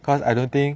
cause I don't think